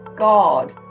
God